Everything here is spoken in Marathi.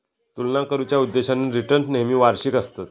तुलना करुच्या उद्देशान रिटर्न्स नेहमी वार्षिक आसतत